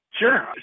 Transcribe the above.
Sure